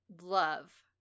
love